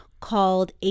called